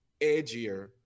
edgier